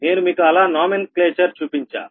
నేను మీకు అలా నామకరణం చూపించా